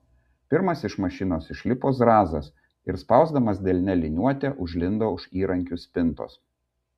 pirmas iš mašinos išlipo zrazas ir spausdamas delne liniuotę užlindo už įrankių spintos